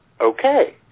okay